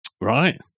right